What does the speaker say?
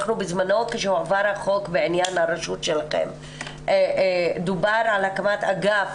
בזמנו כשהועבר החוק בעניין הרשות שלכם דובר על הקמת אגף